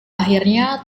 akhirnya